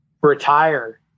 retire